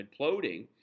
imploding